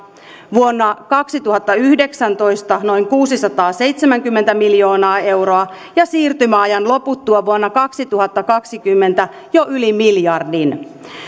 vuonna kaksituhattayhdeksäntoista noin kuusisataaseitsemänkymmentä miljoonaa euroa ja siirtymäajan loputtua vuonna kaksituhattakaksikymmentä jo yli miljardin